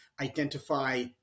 identify